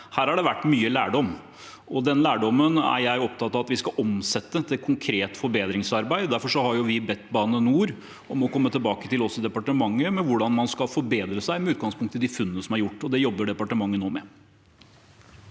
Her har det vært mye lærdom, og den lærdommen er jeg opptatt av at vi skal omsette i konkret forbedringsarbeid. Derfor har vi bedt Bane NOR om å komme tilbake til oss i departementet med hvordan man skal forbedre seg med utgangspunkt i de funnene som er gjort. Det jobber departementet nå med.